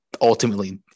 ultimately